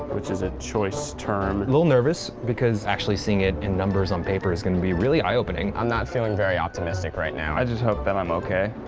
which is a choice term. a little nervous, because actually seeing it in numbers on paper is gonna be really eye-opening. i'm not feeling very optimistic right now. i just hope that i'm okay.